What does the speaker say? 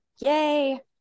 Yay